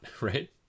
right